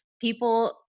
people